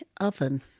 oven